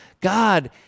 God